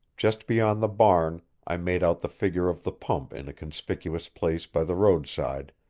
just beyond the barn i made out the figure of the pump in a conspicuous place by the roadside,